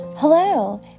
Hello